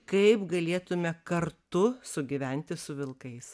kaip galėtume kartu sugyventi su vilkais